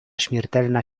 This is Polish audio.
śmiertelna